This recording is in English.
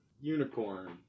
unicorn